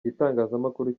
gitangazamakuru